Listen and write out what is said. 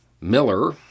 Miller